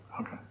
Okay